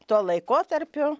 tuo laikotarpiu